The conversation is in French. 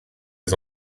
les